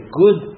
good